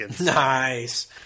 Nice